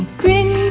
green